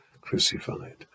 crucified